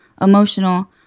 emotional